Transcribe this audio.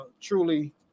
truly